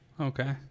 Okay